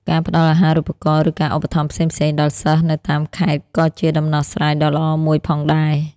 ការផ្តល់អាហារូបករណ៍ ឬការឧបត្ថម្ភផ្សេងៗដល់សិស្សនៅតាមខេត្តក៏ជាដំណោះស្រាយដ៏ល្អមួយផងដែរ។